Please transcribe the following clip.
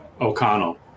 O'Connell